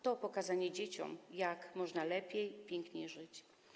To pokazanie dzieciom, jak można lepiej, piękniej żyć.